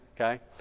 okay